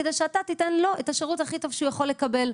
כדי שאתה תיתן לו את השירות הכי טוב שהוא יכול לקבל.